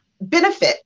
benefit